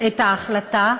את ההחלטה,